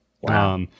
Wow